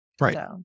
Right